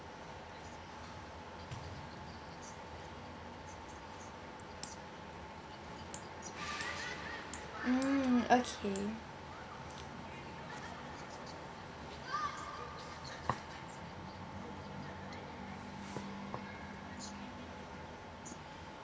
mm okay